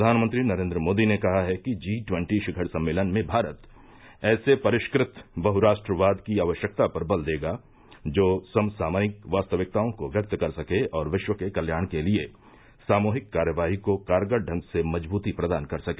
प्रघानमंत्री नरेन्द्र मोदी ने कहा है कि जी ट्वन्टी शिखर सम्मेलन में भारत ऐसे परिष्कृत बहुराष्ट्रवाद की आवश्यकता पर बल देगा जो समसामयिक वास्तविकताओं को व्यक्त कर सके और विश्व के कल्याण के लिये सामूहिक कार्रवाई को कारगर ढंग से मजबूती प्रदान कर सके